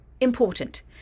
important